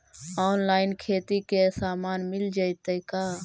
Online खेती के सामान मिल जैतै का?